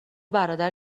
برادر